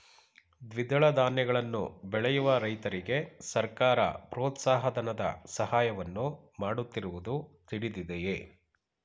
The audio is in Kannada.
ದ್ವಿದಳ ಧಾನ್ಯಗಳನ್ನು ಬೆಳೆಯುವ ರೈತರಿಗೆ ಸರ್ಕಾರ ಪ್ರೋತ್ಸಾಹ ಧನದ ಸಹಾಯವನ್ನು ಮಾಡುತ್ತಿರುವುದು ತಿಳಿದಿದೆಯೇ?